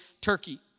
Turkey